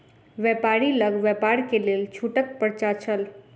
व्यापारी लग व्यापार के लेल छूटक पर्चा छल